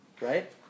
Right